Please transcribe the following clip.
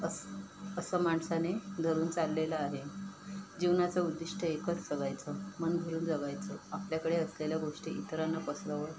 असं असं माणसाने धरून चाललेलं आहे जीवनाचं उद्दिष्ट एकच जगायचं मन भरून जगायचं आपल्याकडे असलेल्या गोष्टी इतरांना पसरवत